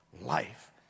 life